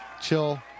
chill